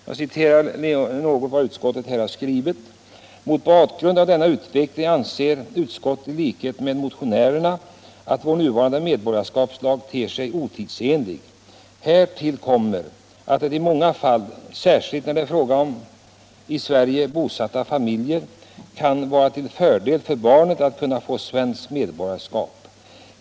Jag citerar något av vad utskottet har skrivit: ”Mot bakgrund av denna utveckling anser utskottet i likhet med motionärerna att vår nuvarande medborgarskapslag ter sig otidsenlig. Härtill kommer att det i många fall, särskilt när det är fråga om i Sverige bosatta familjer, kan vara till fördel för barnet att kunna få svenskt medborgarskap.